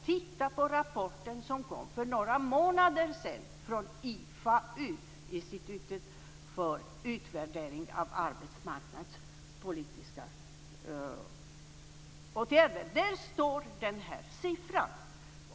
Titta på den rapport som kom för några månader sedan från Där står den här siffran.